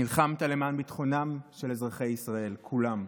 נלחמת למען ביטחונם של אזרחי ישראל כולם.